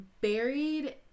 buried